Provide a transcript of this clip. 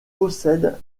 possèdent